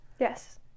Yes